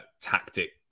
tactic